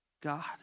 God